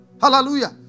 Hallelujah